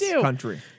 country